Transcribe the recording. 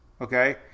okay